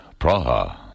Praha